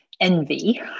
envy